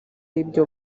y’ibyo